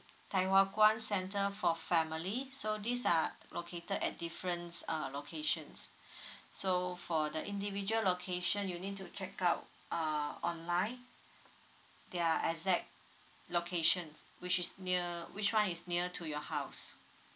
thye hua kwan centre for family so these are located at different uh locations so for the individual location you need to check out uh online their exact location which is near which one is near to your house